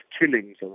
killings